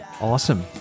awesome